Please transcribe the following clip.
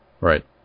Right